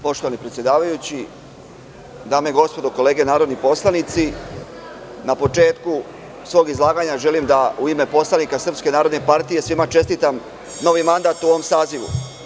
Poštovani predsedavajući, dame i gospodo, kolege narodni poslanici, na početku svog izlaganja želim da u ime poslanika SNP svima čestitam novi mandat u ovom sazivu.